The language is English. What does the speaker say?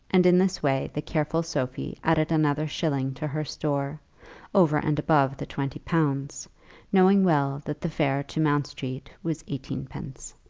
and in this way the careful sophie added another shilling to her store over and above the twenty pounds knowing well that the fare to mount street was eighteen-pence.